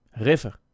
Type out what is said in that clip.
River